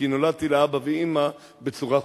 כי נולדתי לאבא ואמא בצורה חוקית.